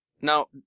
Now